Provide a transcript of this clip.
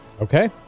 Okay